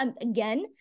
again